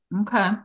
okay